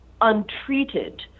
untreated